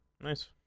Nice